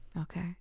okay